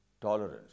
tolerance